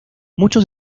muchos